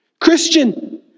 Christian